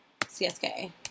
CSK